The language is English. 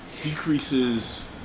decreases